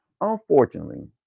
unfortunately